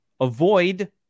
Avoid